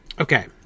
Okay